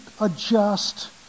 adjust